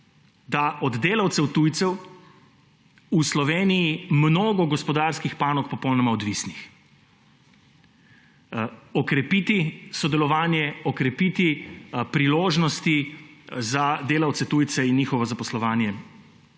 da od delavcev tujcev v Sloveniji je mnogo gospodarskih panog popolnoma odvisnih. Okrepiti sodelovanje, okrepiti priložnosti za delavce tujce in njihovo zaposlovanje,